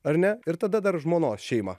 ar ne ir tada dar žmonos šeimą